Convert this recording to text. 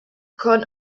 con